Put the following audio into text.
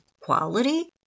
quality